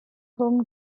home